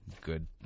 good